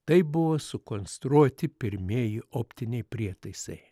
taip buvo sukonstruoti pirmieji optiniai prietaisai